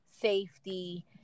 safety